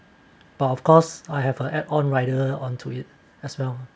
but of course I have a add on rider onto it as well